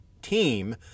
team